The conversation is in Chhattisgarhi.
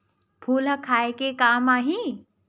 फूल ह खाये के काम आही?